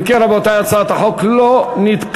אם כן, רבותי, הצעת החוק לא נתקבלה.